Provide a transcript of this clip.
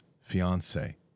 fiance